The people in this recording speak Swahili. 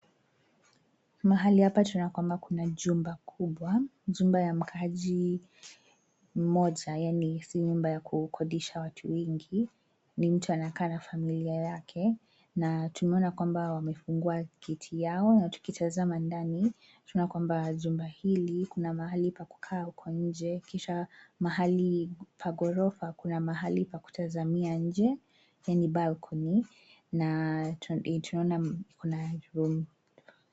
Mahali hapa tunaona kwamba kuna jumba kubwa, jumba ya mkaaji mmoja yaani si nyumba ya kukodesha watu wengi , ni mtu anakaa na familia yake na tunaona kwamba wamefungua gati yao na tukitazama ndani tunaona kwamba jumba hili kuna mahali pa kukaa huko njee kisha mahali pa ghorofa kuna mahali pa kutazamia njee yaani balcony na tunaona kuna room .